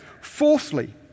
fourthly